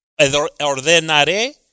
ordenaré